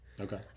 Okay